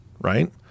right